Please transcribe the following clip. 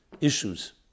issues